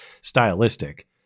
stylistic